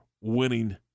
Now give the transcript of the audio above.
winning